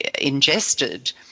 ingested